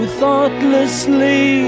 thoughtlessly